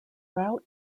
route